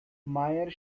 meyer